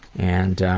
and